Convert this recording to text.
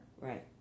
Right